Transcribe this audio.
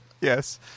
Yes